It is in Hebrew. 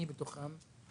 ואני בתוכם,